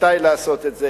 מתי לעשות את זה.